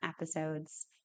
episodes